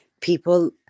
people